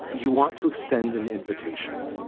you want to extend an invitation,